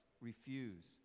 refuse